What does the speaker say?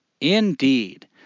Indeed